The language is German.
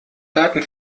garten